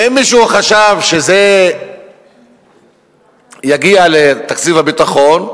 ואם מישהו חשב שזה יגיע לתקציב הביטחון,